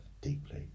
deeply